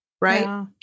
right